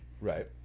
Right